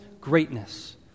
greatness